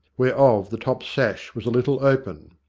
whereof the top sash was a little open.